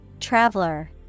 Traveler